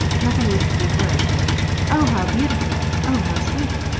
nothing was to be heard but oh, how beautiful! oh, how sweet!